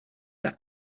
that